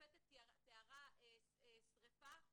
השופטת תיארה שריפה,